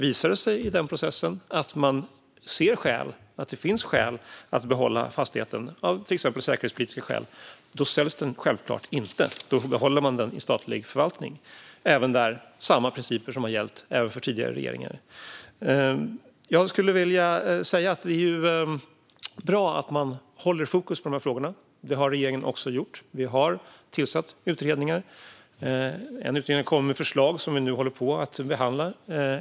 Om det då visar sig att det finns skäl att behålla fastigheten, till exempel säkerhetspolitiska skäl, säljs den självklart inte, utan man behåller den i statlig förvaltning. Detta är samma principer som har gällt även hos tidigare regeringar. Det är bra att ha fokus på dessa frågor, vilket regeringen också har. Vi har tillsatt utredningar. En av dem har kommit med förslag som vi nu håller på att behandla.